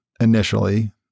initially